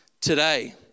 today